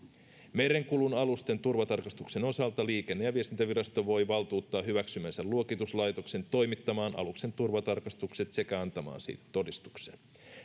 merenkulun alusten turvatarkastuksen osalta liikenne ja viestintävirasto voi valtuuttaa hyväksymänsä luokituslaitoksen toimittamaan aluksen turvatarkastukset sekä antamaan siitä todistuksen